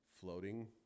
floating